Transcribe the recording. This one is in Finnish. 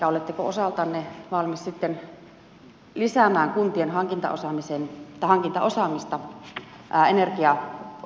oletteko osaltanne valmis sitten lisäämään kuntien hankintaosaamista energiapolitiikassa